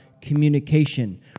communication